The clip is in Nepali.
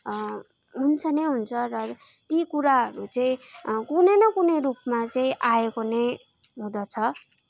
हुन्छ नै हुन्छ र त्यही कुरा चाहिँ कुनै न कुनै रूपमा चाहिँ आएको नै हुँदछ